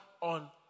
on